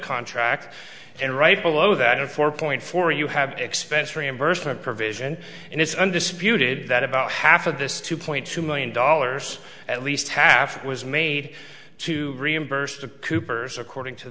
contract and right below that a four point four you have expense reimbursement provision and it's undisputed that about half of this two point two million dollars at least half was made to reimburse the coopers according to